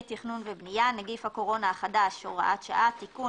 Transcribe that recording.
תכנון ובנייה (נגיף הקורונה החדש הוראת שעה) (תיקון),